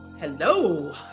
Hello